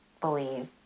believe